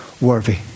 worthy